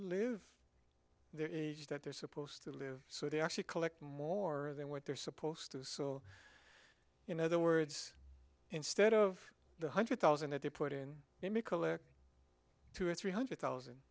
live there that they're supposed to live so they actually collect more than what they're supposed to you know the words instead of the hundred thousand that they put in two or three hundred thousand